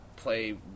play